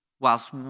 whilst